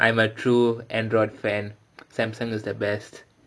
sorry sorry I'm a true android fan Samsung is the best